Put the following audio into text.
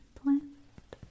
plant